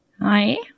Hi